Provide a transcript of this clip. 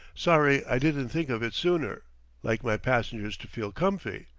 sorry i didn't think of it sooner like my passengers to feel comfy.